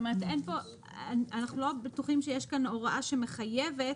אנחנו לא בטוחים שיש כאן הוראה שמחייבת